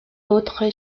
autres